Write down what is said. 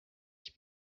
ich